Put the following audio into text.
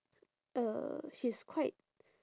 uh she's quite